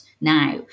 now